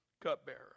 cupbearer